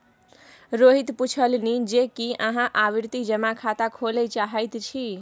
रोहित पुछलनि जे की अहाँ आवर्ती जमा खाता खोलय चाहैत छी